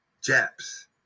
japs